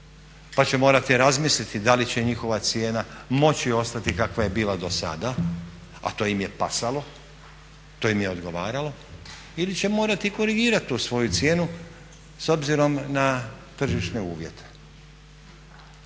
pa će morati razmisliti da li će njihova cijena moći ostati kakva je bila do sada a to im je pasalo, to im je odgovaralo, ili će morati korigirati tu svoju cijenu s obzirom na tržišne uvjete.